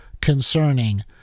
concerning